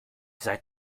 seid